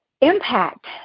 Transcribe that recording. Impact